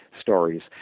stories